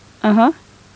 (uh huh)